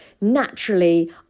naturally